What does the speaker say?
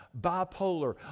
bipolar